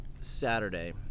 Saturday